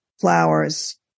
flowers